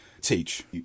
teach